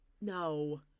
No